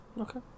Okay